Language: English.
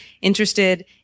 interested